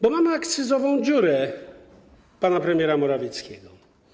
Bo mamy akcyzową dziurę pana premiera Morawieckiego.